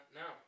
no